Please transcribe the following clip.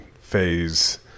phase